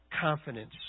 confidence